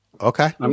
Okay